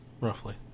Roughly